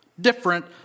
different